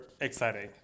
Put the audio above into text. exciting